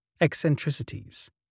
eccentricities